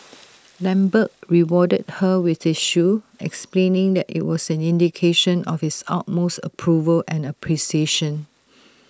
lambert rewarded her with his shoe explaining that IT was an indication of his utmost approval and appreciation